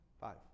Five